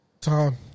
Tom